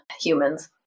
humans